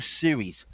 series